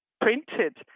printed